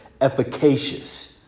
efficacious